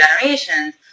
generations